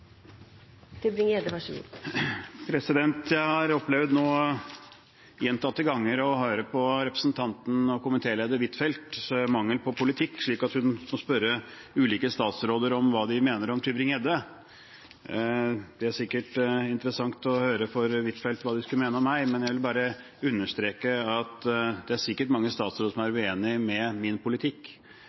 og komitélederen Huitfeldts mangel på politikk, slik at hun må spørre ulike statsråder om hva de mener om Tybring-Gjedde. Det er sikkert interessant for Huitfeldt å høre hva de skulle mene om meg, men jeg vil bare understreke at det sikkert er mange statsråder som er uenig i min politikk.